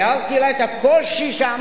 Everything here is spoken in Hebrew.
תיארתי לה את הקושי שעמד כאן.